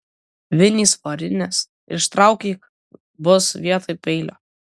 vinys varinės ištraukyk bus vietoj peilio